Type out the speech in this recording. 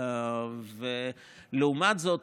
לעומת זאת,